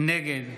נגד